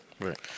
right